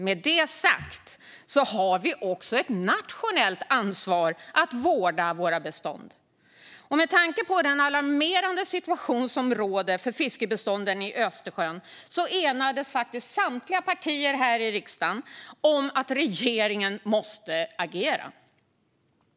Med det sagt har vi dock också ett nationellt ansvar att vårda våra bestånd. Med tanke på den alarmerande situation som råder för fiskbestånden i Östersjön enades samtliga partier här i riksdagen om att regeringen måste agera.